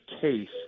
case